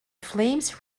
flames